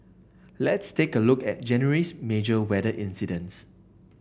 let's take a look at January's major weather incidents